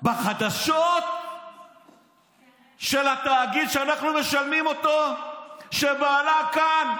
בחדשות של התאגיד שאנחנו משלמים עליו, כשבעלה כאן?